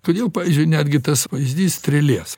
kodėl pavyzdžiui netgi tas pavyzdys strėlės